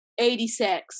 86